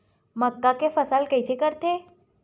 मक्का के फसल कइसे करथे?